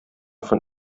von